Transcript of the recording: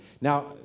Now